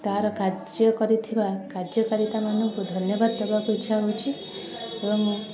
ତାର କାର୍ଯ୍ୟ କରିଥିବା କାର୍ଯ୍ୟକାରିତାମାନଙ୍କୁ ଧନ୍ୟବାଦ ଦେବାକୁ ଇଚ୍ଛା ହେଉଛି ଏବଂ